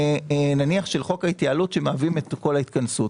נניח של חוק ההתייעלות שמהווים את כל ההתכנסות.